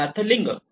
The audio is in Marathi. उदाहरणार्थ लिंग